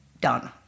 done